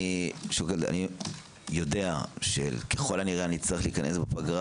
אני יודע שככל הנראה נצטרך להתכנס בפגרה